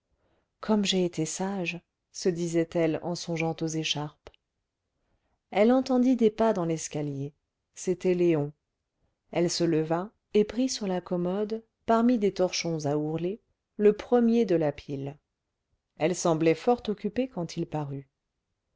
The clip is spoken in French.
comme j'ai été sage se disait-elle en songeant aux écharpes elle entendit des pas dans l'escalier c'était léon elle se leva et prit sur la commode parmi des torchons à ourler le premier de la pile elle semblait fort occupée quand il parut